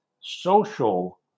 social